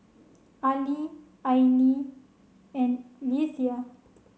Ali Aili and Leitha